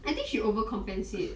I think she overcompensates